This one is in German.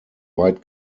weit